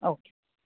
okay